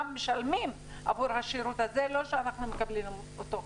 משלמים עבור השירות הזה ולא מקבלים אותו.